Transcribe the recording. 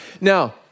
Now